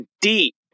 deep